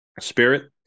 Spirit